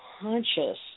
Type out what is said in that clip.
conscious